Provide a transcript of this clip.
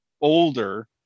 older